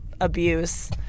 abuse